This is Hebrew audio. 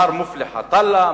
מר מופלח עטאללה,